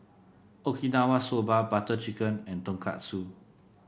Okinawa Soba Butter Chicken and Tonkatsu